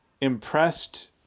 impressed